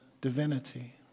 divinity